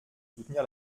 soutenir